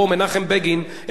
איך להתייחס לפרלמנט,